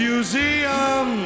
Museum